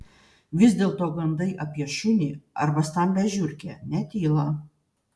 vis dėlto gandai apie šunį arba stambią žiurkę netyla